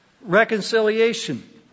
reconciliation